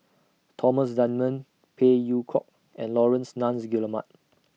Thomas Dunman Phey Yew Kok and Laurence Nunns Guillemard